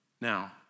Now